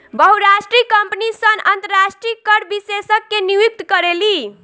बहुराष्ट्रीय कंपनी सन अंतरराष्ट्रीय कर विशेषज्ञ के नियुक्त करेली